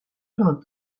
olnud